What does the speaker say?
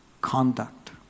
conduct